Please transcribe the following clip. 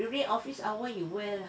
during office hour you wear lah